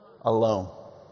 Alone